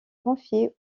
confié